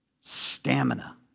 stamina